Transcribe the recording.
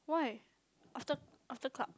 why after after club